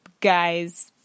guys